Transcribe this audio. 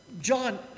John